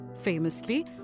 famously